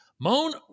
Moan